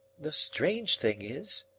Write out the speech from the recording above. the strange thing is,